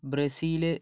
Brazil